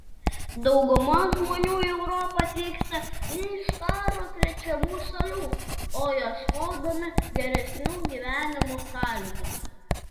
dauguma žmonių į europą atvyksta ne iš karo krečiamų šalių o ieškodami geresnių gyvenimo sąlygų